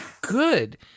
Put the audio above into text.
good